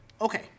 Okay